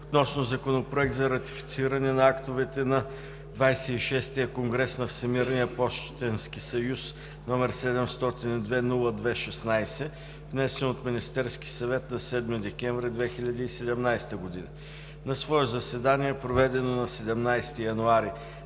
относно Законопроект за ратифициране на актовете на XXVI конгрес на Всемирния пощенски съюз, № 702-02-16, внесен от Министерски съвет на 7 декември 2017 г. На свое заседание, проведено на 17 януари